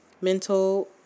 Mental